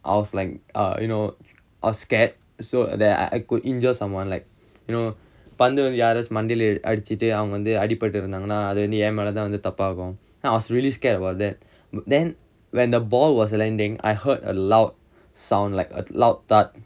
I was like err you know was scared so that I could injure someone like you know பந்து வந்து யாராச்சு மண்டைல அடிச்சுட்டு அவங்க வந்து அடிபட்டு இருந்தாங்கனா அது வந்து என் மேலதான் தப்பாகும்:panthu vanthu yaarachu mandaila adichuttu avanga vanthu adipattu irunthaanganaa athu vanthu en melathaan thappaagum then I was really scared about that then when the ball was landing I heard a loud sound like a loud thud